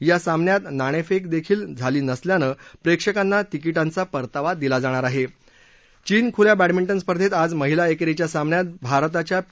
या सामन्यात नाणस्क्रि दखील झाली नसल्यानं प्रध्यकांना तिकिशीचा परतावा दिला जाणार आहश चीन खुल्या बॅडमिंटन स्पर्धेत आज महिला एक्टीच्या सामन्यात भारताच्या पी